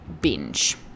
binge